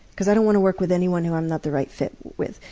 because i don't want to work with anyone who i'm not the right fit with.